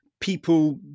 people